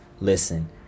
Listen